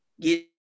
Get